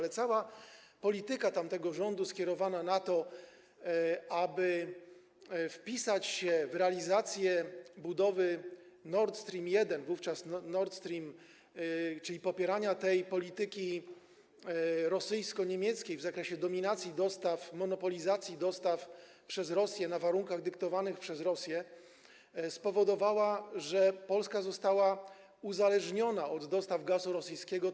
Jednak polityka tamtego rządu skierowana na to, aby wpisać się w realizację budowy Nord Stream 1, wówczas Nord Stream, czyli popieranie polityki rosyjsko-niemieckiej w zakresie dominacji dostaw, monopolizacji dostaw przez Rosję na warunkach dyktowanych przez Rosję, spowodowała, że Polska została uzależniona od dostaw rosyjskiego gazu.